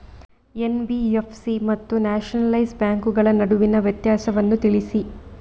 NBFC ಮತ್ತು nationalise ಬ್ಯಾಂಕುಗಳ ನಡುವಿನ ವ್ಯತ್ಯಾಸವನ್ನು ತಿಳಿಸಿ?